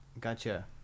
Gotcha